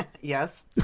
Yes